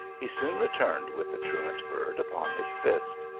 he soon returned with the truant bird upon his fist.